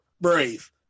Brave